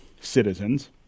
citizens